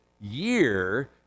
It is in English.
year